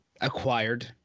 acquired